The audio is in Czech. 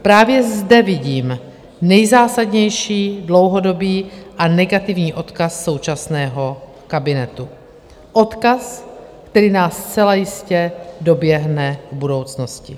Právě zde vidím nejzásadnější dlouhodobý a negativní odkaz současného kabinetu, odkaz, který nás zcela jistě doběhne v budoucnosti.